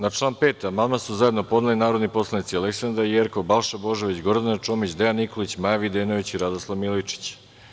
Na član 5. amandman su zajedno podneli narodni poslanici Aleksandra Jerkov, Balša Božović, Gordana Čomić, Dejan Nikolić, Maja Videnović i Radoslav Milojičić.